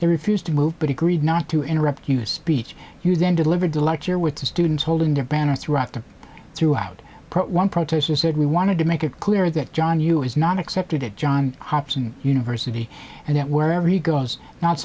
they refused to move but agreed not to interrupt you a speech you then delivered a lecture with the students holding their banners throughout the throughout one protester said we wanted to make it clear that john yoo is not accepted at john hopson university and that wherever he goes not